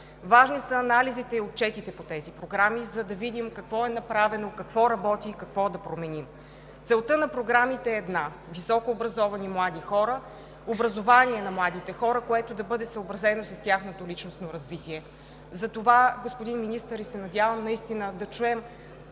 Важни са анализите и отчетите по тези програми, за да видим какво е направено, какво работи и какво да променим. Целта на програмите е една – високообразовани млади хора – образование на младите хора, което да бъде съобразено с тяхното личностно развитие. Затова, господин Министър, за нас като народни